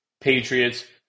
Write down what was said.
Patriots